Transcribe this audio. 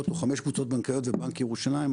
או חמש קבוצות בנקאיות ובנק ירושלים.